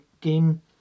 game